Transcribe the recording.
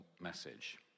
message